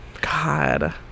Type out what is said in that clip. God